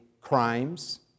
crimes